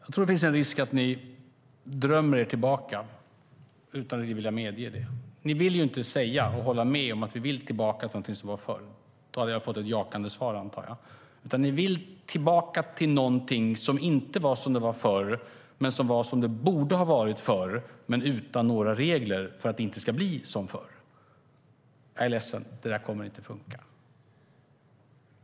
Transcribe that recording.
Herr talman! Det finns risk att ni drömmer er tillbaka utan att vilja medge det. Ni vill inte säga och hålla med om att ni vill tillbaka till det som var förr, för då hade jag fått ett jakande svar. Ni vill tillbaka till något som inte är som förr utan som det borde ha varit förr men utan regler så att det inte blir som förr. Jag är ledsen, men det kommer inte att funka.